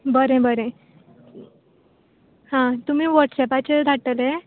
बरें बरें हां तुमी व्हाॅट्सऍपाचेर धाडटले